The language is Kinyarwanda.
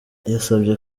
yasabye